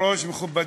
אם כן,